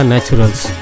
Naturals